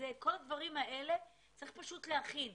כול הדברים האלה, צריך להכין.